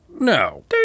No